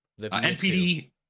NPD